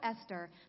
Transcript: Esther